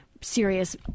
serious